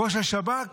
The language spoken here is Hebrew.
ראש השב"כ